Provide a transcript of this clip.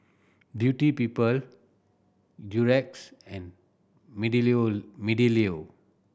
Beauty People Durex and Meadlow Mealiu